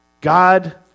God